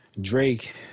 Drake